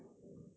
yup